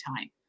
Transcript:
time